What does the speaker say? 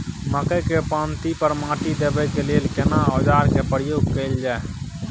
मकई के पाँति पर माटी देबै के लिए केना औजार के प्रयोग कैल जाय?